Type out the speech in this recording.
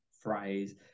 phrase